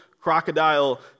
crocodile